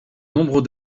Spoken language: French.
nombre